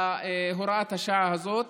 להוראת השעה הזאת.